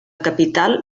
capital